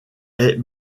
est